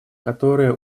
которое